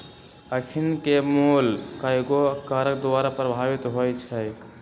अखनिके मोल कयगो कारक द्वारा प्रभावित होइ छइ